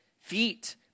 feet